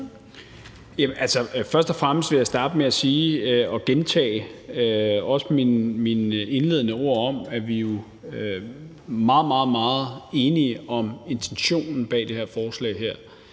Først og fremmest vil jeg starte med at gentage mine indledende ord om, at vi jo er meget, meget enige om intentionen bag det her forslag.